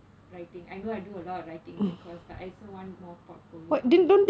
writing I know I do a lot of writing in my course but I also want more portfolio